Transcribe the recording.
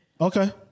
Okay